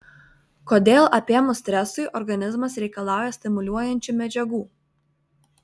kodėl apėmus stresui organizmas reikalauja stimuliuojančių medžiagų